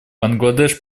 бангладеш